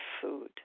food